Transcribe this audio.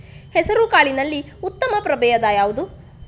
ಹೆಸರುಕಾಳಿನಲ್ಲಿ ಉತ್ತಮ ಪ್ರಭೇಧ ಯಾವುದು?